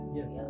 yes